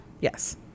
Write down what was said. Yes